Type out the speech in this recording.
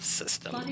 system